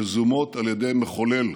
יזומות על ידי מחולל,